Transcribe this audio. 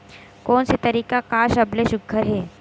कोन से तरीका का सबले सुघ्घर हे?